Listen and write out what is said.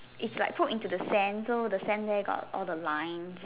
it's like put into the sand so the sand there got all the lines